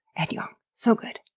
ed yong. so good.